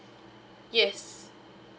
yes